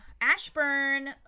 Ashburn